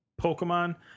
Pokemon